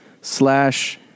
slash